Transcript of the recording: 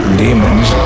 demons